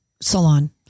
salon